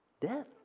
Death